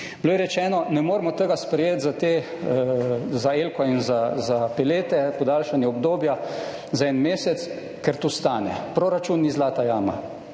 Bilo je rečeno, ne moremo tega sprejeti za te, za elko in za pelete, podaljšanje obdobja za en mesec, ker to stane. Proračun ni zlata jama,